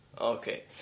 Okay